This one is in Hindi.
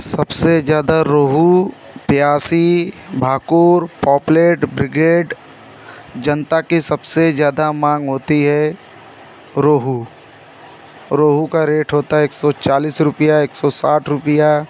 सबसे ज़्यादा रोहू प्यासी भाकुर पोप्लेट ब्रिगेड जनता की सबसे ज़्यादा मांग होती है रोहू रोहू का रेट होता है एक सौ चालिस रुपया एक सौ साठ रुपया